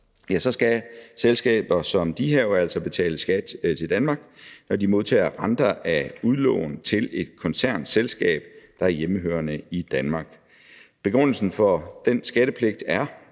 skal selskaber som de her jo altså betale skat til Danmark, når de modtager renter af udlån til et koncernselskab, der er hjemmehørende i Danmark. Begrundelsen for den skattepligt er,